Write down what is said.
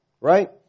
right